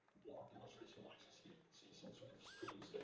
blog demonstration will actually see see some sort of screen